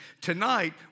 Tonight